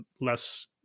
less